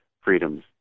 freedoms